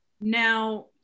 Now